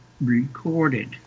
recorded